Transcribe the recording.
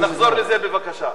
אז תחזור לזה בבקשה.